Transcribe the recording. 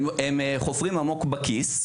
הם חופרים עמוק בכיס,